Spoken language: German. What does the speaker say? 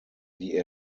die